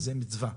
זו מצווה.